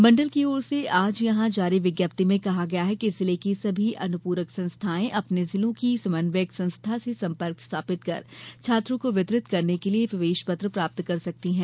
मंडल की ओर से आज यहां जारी विज्ञप्ति में कहा गया है कि जिले की सभी अनुप्रक संस्थाएं अपने जिले की समन्वयक संस्था से सम्पर्क स्थापित कर छात्रों को वितरित करने के लिए प्रवेशपत्र प्राप्त कर सकती हैं